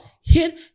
Hit